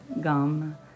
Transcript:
Gum